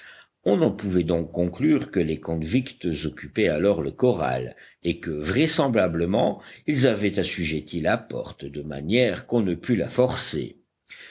on en pouvait donc conclure que les convicts occupaient alors le corral et que vraisemblablement ils avaient assujetti la porte de manière qu'on ne pût la forcer